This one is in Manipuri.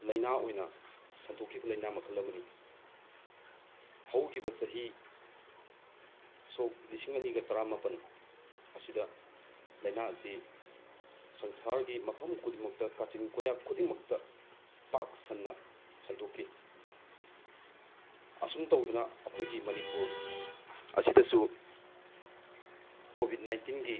ꯂꯥꯏꯅꯥ ꯑꯣꯏꯅ ꯁꯟꯇꯣꯛꯈꯤꯕ ꯂꯥꯏꯅꯥ ꯃꯈꯜ ꯑꯃꯅꯤ ꯍꯧꯈꯤꯕ ꯆꯍꯤ ꯁꯣꯛ ꯂꯤꯁꯤꯡ ꯑꯅꯤꯒ ꯇꯔꯥꯃꯥꯄꯟ ꯑꯁꯤꯗ ꯂꯥꯏꯅꯥ ꯑꯁꯤ ꯁꯪꯁꯥꯔꯒꯤ ꯃꯐꯝ ꯈꯨꯗꯤꯡꯃꯛꯇ ꯀꯥꯆꯤꯟ ꯀꯣꯌꯥ ꯈꯨꯗꯤꯡꯃꯛꯇ ꯄꯥꯛ ꯁꯟꯅ ꯁꯟꯇꯣꯛꯈꯤ ꯑꯁꯨꯝ ꯇꯧꯗꯅ ꯑꯩꯈꯣꯏꯒꯤ ꯃꯅꯤꯄꯨꯨꯔ ꯑꯁꯤꯗꯁꯨ ꯀꯣꯚꯤꯠ ꯅꯥꯏꯟꯇꯤꯟꯒꯤ